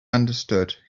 understood